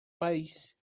país